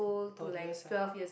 toddlers ah